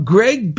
Greg